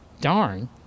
Darn